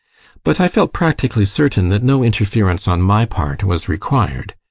but i felt practically certain that no interference on my part was required.